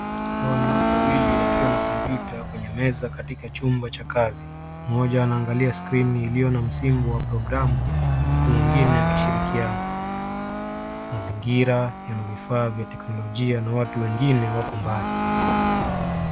Hawa ni watu wawili wakiwa na kompyuta kwenye meza katika chumba cha kazi. Mmoja anaangalia skrini iliyo na msimu wa programu huku mwingine akishirikiana. Mazingira yana vifaa vya teknolojia na watu wengine wako mbali.